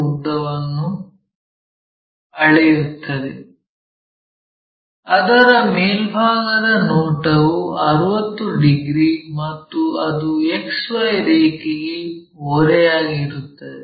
ಉದ್ದವನ್ನು ಅಳೆಯುತ್ತದೆ ಅದರ ಮೇಲ್ಭಾಗದ ನೋಟವು 60 ಡಿಗ್ರಿ ಮತ್ತು ಅದು XY ರೇಖೆಗೆ ಓರೆಯಾಗುತ್ತದೆ